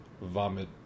vomit